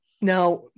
Now